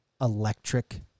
electric